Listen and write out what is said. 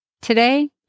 today